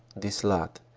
this lad,